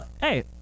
Hey